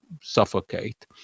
suffocate